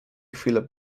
chwilę